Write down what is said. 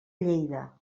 lleida